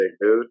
dude